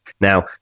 Now